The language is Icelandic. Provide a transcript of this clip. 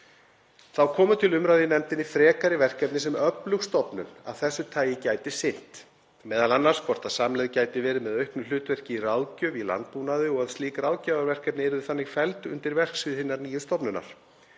Þá komu til umræðu í nefndinni frekari verkefni sem öflug stofnun af þessu tagi gæti sinnt, m.a. hvort samlegð gæti verið með auknu hlutverki í ráðgjöf í landbúnaði og að slík ráðgjafarverkefni yrðu þannig felld undir verksvið hinnar nýju stofnunar.